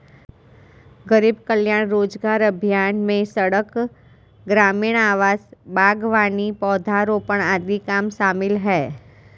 गरीब कल्याण रोजगार अभियान में सड़क, ग्रामीण आवास, बागवानी, पौधारोपण आदि काम शामिल है